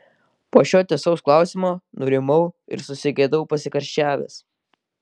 po šio tiesaus klausimo nurimau ir susigėdau pasikarščiavęs